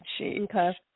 Okay